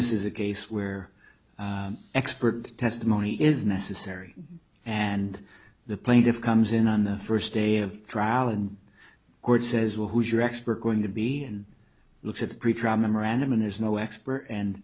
this is a case where expert testimony is necessary and the plaintiff comes in on the first day of trial and the court says well who's your expert going to be and look at the pretrial memorandum in this no expert and